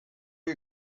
you